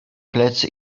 plecy